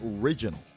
original